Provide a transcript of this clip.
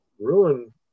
ruin